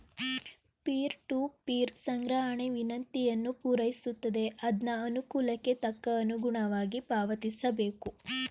peer to peer ಸಂಗ್ರಹಣೆ ವಿನಂತಿಯನ್ನು ಪೂರೈಸುತ್ತದೆ ಅದ್ನ ಅನುಕೂಲಕ್ಕೆ ತಕ್ಕ ಅನುಗುಣವಾಗಿ ಪಾವತಿಸಬೇಕು